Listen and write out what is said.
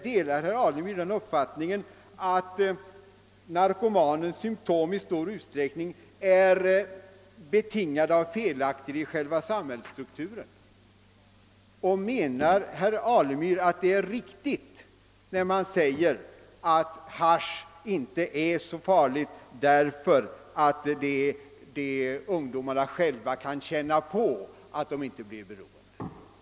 Delar herr Alemyr uppfattningen, att narkomanens symptom i stor utsträckning är betingade av felaktigheter i själva samhällsstrukturen, och menar herr Alemyr att hasch inte är så farligt, eftersom ungdomarna själva kan känna att de inte blir beroende?